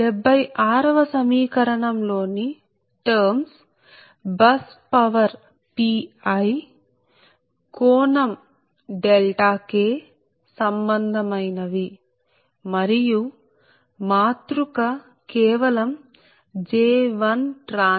76 వ సమీకరణం లో ని టర్మ్స్ బస్ పవర్ Pi కోణం kసంబంధమైనవి మరియు మాతృక కేవలం J1T